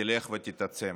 תלך ותתעצם.